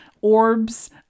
orbs